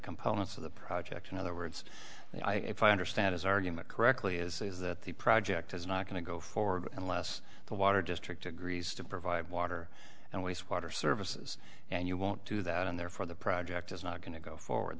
components of the project in other words if i understand his argument correctly is that the project is not going to go forward unless the water district agrees to provide water and wastewater services and you won't do that and therefore the project is not going to go forward